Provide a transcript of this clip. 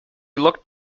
looked